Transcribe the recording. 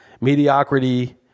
Mediocrity